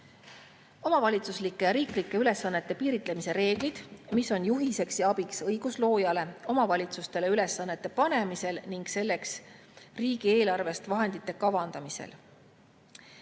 Omavalitsuslike ja riiklike ülesannete piiritlemise reeglid on juhiseks ja abiks õigusloojale omavalitsustele ülesannete panemisel ning selleks riigieelarvest vahendite kavandamisel.